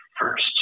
first